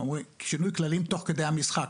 שינוי כללים תוך כדי המשחק,